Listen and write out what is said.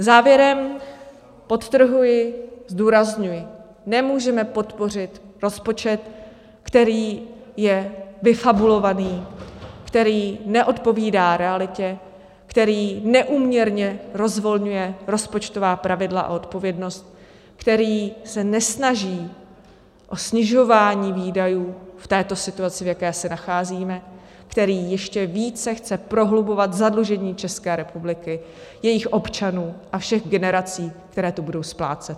Závěrem podtrhuji, zdůrazňuji: Nemůžeme podpořit rozpočet, který je vyfabulovaný, který neodpovídá realitě, který neúměrně rozvolňuje rozpočtová pravidla o odpovědnost, který se nesnaží o snižování výdajů v situaci, v jaké se nacházíme, který ještě více chce prohlubovat zadlužení ČR, jejích občanů a všech generací, které to budou splácet.